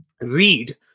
read